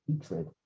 hatred